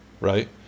right